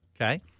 okay